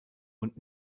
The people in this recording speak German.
und